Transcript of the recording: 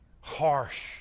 harsh